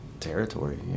territory